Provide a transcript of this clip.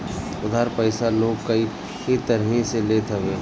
उधार पईसा लोग कई तरही से लेत हवे